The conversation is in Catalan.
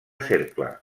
cercle